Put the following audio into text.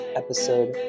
episode